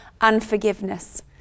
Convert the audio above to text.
unforgiveness